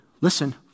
listen